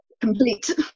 complete